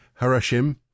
Harashim